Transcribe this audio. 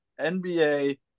NBA